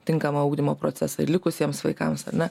tinkamą ugdymo procesą ir likusiems vaikams ane